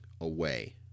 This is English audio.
away